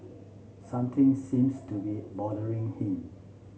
something seems to be bothering him